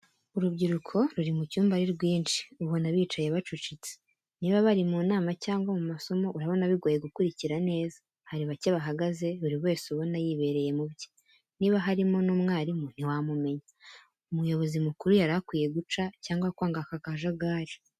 Urubyiruko ruri mu cyumba ari rwinshi, ubona bicaye bacucitse. Niba bari mu nama cyangwa mu masomo urabona bigoye gukurikira neza. Hari bake bahagaze buri wese ubona yibereye mu bye. Niba harimo n'umwarimu ntiwamumenya. Umuyobozi mukuru yari akwiye guca, cyangwa kwanga aka kajagari.